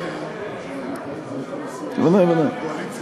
איזה יתרון?